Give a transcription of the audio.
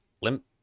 Limp